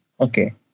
Okay